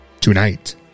tonight